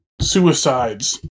suicides